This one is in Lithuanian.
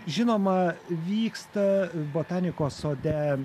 žinoma vyksta botanikos sode